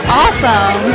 awesome